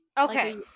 okay